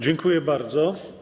Dziękuję bardzo.